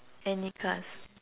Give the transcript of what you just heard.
any cars